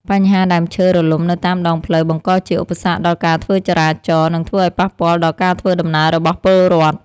បញ្ហាដើមឈើរលំនៅតាមដងផ្លូវបង្កជាឧបសគ្គដល់ការធ្វើចរាចរណ៍ និងធ្វើឱ្យប៉ះពាល់ដល់ការធ្វើដំណើររបស់ពលរដ្ឋ។